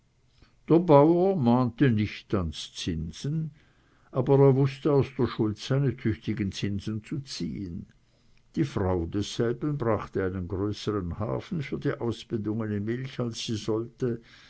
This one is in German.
ans zinsen aber er wußte aus der schuld seine tüchtigen zinsen zu ziehen die frau desselben brachte einen größeren hafen für die ausbedungene milch als sie sollte